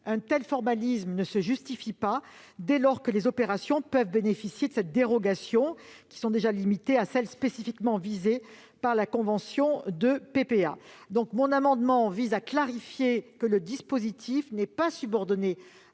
Un tel formalisme ne se justifie pas, dès lors que les opérations pouvant bénéficier de cette dérogation sont déjà limitées à celles spécifiquement visées par la convention de PPA. Le présent amendement vise à préciser que l'adoption des orientations